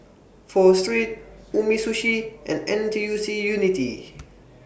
Pho Street Umisushi and N T U C Unity